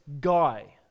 guy